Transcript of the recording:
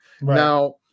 Now